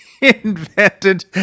invented